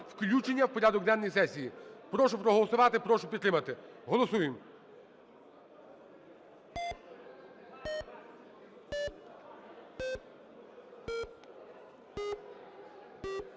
включення в порядок денний сесії прошу проголосувати, прошу підтримати. Голосуємо.